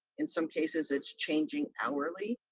in some cases it's changing hourly.